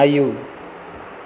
आयौ